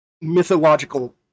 mythological